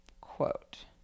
Quote